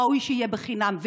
ראוי שיהיה חינם.